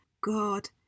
God